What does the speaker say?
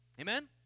Amen